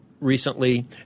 recently